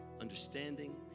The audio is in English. understanding